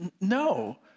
No